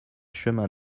chemin